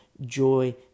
joy